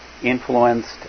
influenced